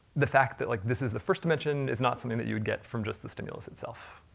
the fact that like this is the first dimension, is not something that you would get from just the stimulus itself.